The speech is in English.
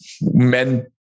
men